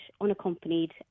unaccompanied